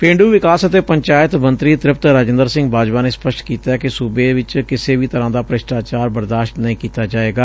ਪੇਡੁ ਵਿਕਾਸ ਅਤੇ ਪੰਚਾਇਤ ਮੰਤਰੀ ਤ੍ਰਿਪਤ ਰਾਜਿੰਦਰ ਸਿੰਘ ਬਾਜਵਾ ਨੇ ਸਪਸ਼ਟ ਕੀਤੈ ਕਿ ਸੁਬੇ ਚ ਕਿਸੇ ਵੀ ਤਰ੍ਹਾਂ ਦਾ ਭ੍ਸਿਸਟਾਚਾਰ ਬਰਦਾਸ਼ਤ ਨਹੀਂ ਕੀਤਾ ਜਾਵੇਗਾ